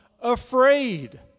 Afraid